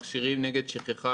מכשירים נגד שכחה